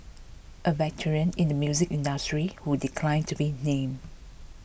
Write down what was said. a veteran in the music industry who declined to be named